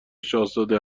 شاهزاده